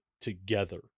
together